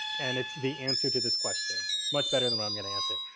and it's the answer to this question much better than what i'm going to answer.